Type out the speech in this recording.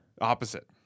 Opposite